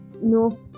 No